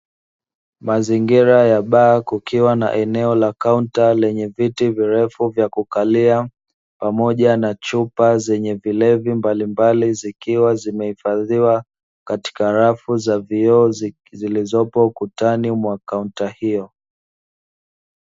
Mazingira ya baa kukiwa na eneo la kaunta lenye viti virefu vya kukalia pamoja na chupa zenye vilevi mbalimbali zikiwa zimehifadhiwa katika rafu za vioo zilizopo ukutani mwa kaunta hiyo.